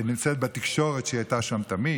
נמצאת בתקשורת, שם היא